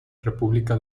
república